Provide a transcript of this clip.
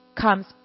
comes